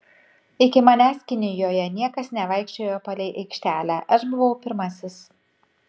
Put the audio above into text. iki manęs kinijoje niekas nevaikščiojo palei aikštelę aš buvau pirmasis